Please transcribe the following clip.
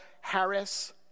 Harris